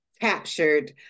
captured